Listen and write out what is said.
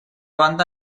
banda